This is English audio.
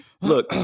Look